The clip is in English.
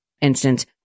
instance